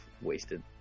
wasted